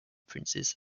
princes